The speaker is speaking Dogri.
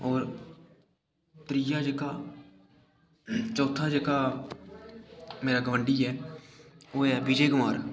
होर त्रीआ जेह्का चौथा जेह्का मेरा गवांडी ऐ ओह् ऐ विजय कुमार